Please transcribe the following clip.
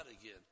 again